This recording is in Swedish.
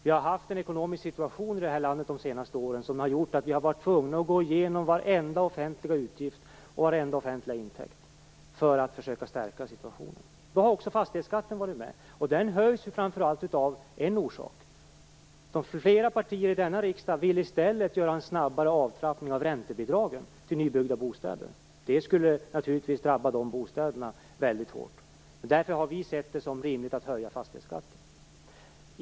Vi har haft en ekonomisk situation i det här landet de senaste åren som har gjort att vi varit tvungna att gå igenom varje offentlig utgift och varje offentlig intäkt för att försöka förbättra situationen. Då har också fastighetsskatten varit med. Den höjs framför allt av en orsak. Flera partier i denna riksdag vill i stället göra en snabbare avtrappning av räntebidragen till nybyggda bostäder. Det skulle naturligtvis drabba dessa bostäder väldigt hårt, och därför har vi sett det som rimligt att höja fastighetsskatten.